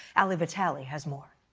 ali vitale has more.